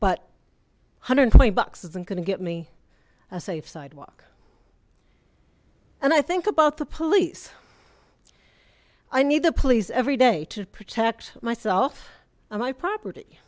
one hundred and twenty bucks isn't gonna get me a safe sidewalk and i think about the police i need the police every day to protect myself and my property